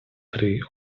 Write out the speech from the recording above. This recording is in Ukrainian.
три